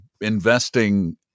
investing